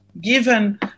given